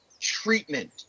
treatment